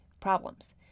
problems